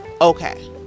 okay